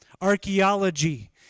Archaeology